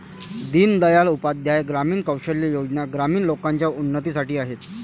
दीन दयाल उपाध्याय ग्रामीण कौशल्या योजना ग्रामीण लोकांच्या उन्नतीसाठी आहेत